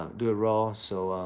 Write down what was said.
do a roll. so,